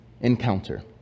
encounter